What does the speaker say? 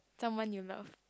someone you love